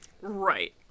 right